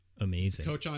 amazing